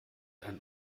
einen